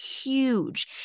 huge